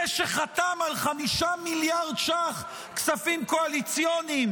זה שחתם על 5 מיליארד ש"ח כספים קואליציוניים